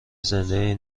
زنده